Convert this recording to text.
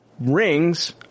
rings